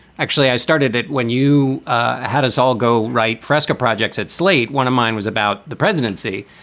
actually. i started it when you ah had us all go. right. prescot projects at slate. one of mine was about the presidency.